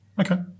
Okay